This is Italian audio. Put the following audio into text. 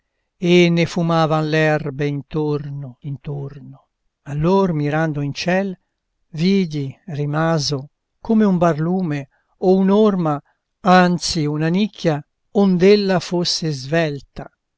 e ne fumavan l'erbe intorno intorno allor mirando in ciel vidi rimaso come un barlume o un'orma anzi una nicchia ond'ella fosse svelta